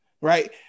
right